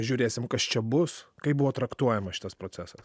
žiūrėsim kas čia bus kaip buvo traktuojamas šitas procesas